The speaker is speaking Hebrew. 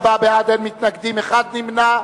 44 בעד, אין מתנגדים, אחד נמנע.